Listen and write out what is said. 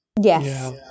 yes